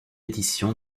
édition